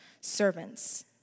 servants